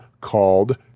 called